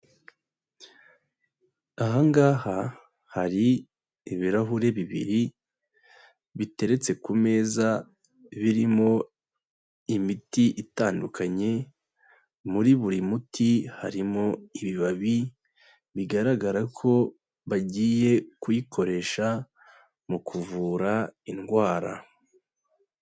Aha ngaha, hari ibirahuri bibiri biteretse ku meza birimo imiti itandukanye, muri buri muti harimo ibibabi bigaragara ko bagiye kuyikoresha mu kuvura indwara.